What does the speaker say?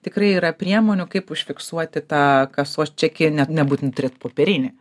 tikrai yra priemonių kaip užfiksuoti tą kasos čekį nebūtina turėt popierinį